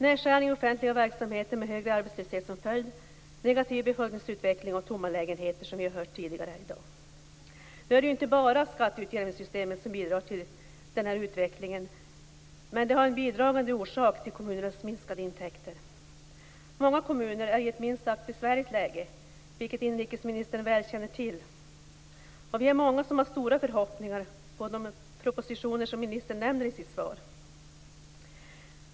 Nedskärning av offentliga verksamheter med högre arbetslöshet som följd, negativ befolkningsutveckling och tomma lägenheter, som vi har hört tidigare i dag. Nu är det inte bara skatteutjämningssystemet som bidrar till den här utvecklingen, men den är en bidragande orsak till kommunernas minskade intäkter. Många kommuner är i ett minst sagt besvärligt läge, vilket inrikesministern väl känner till. Vi är många som har stora förhoppningar på de propositioner som ministern nämner i sitt svar.